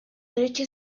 derecho